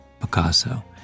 Picasso